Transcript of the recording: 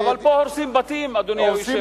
פה הורסים בתים, אדוני היושב-ראש.